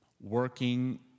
working